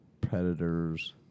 predators